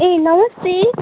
ए नमस्ते